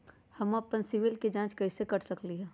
हम अपन सिबिल के जाँच कइसे कर सकली ह?